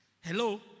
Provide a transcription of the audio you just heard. Hello